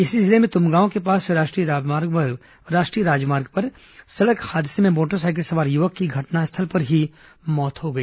इसी जिले में तुमगांव के पास राष्ट्रीय राजमार्ग पर सड़क हादसे में मोटर साइकिल सवार युवक की घटनास्थल पर ही मौत हो गई